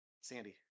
Sandy